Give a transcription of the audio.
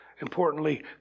importantly